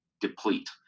deplete